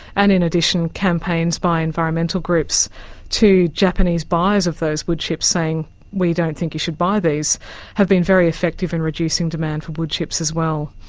and in addition, campaigns by environmental groups to japanese buyers of those woodchips, saying we don't think you should buy these have been very effective in reducing demand for woodchips as well.